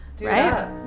right